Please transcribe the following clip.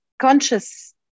conscious